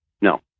no